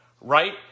right